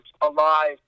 alive